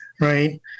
right